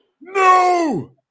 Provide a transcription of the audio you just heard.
No